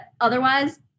otherwise